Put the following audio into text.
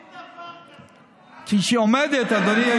אין דבר כזה, היא לא חברת